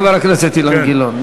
חבר הכנסת אילן גילאון.